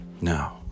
Now